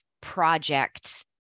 project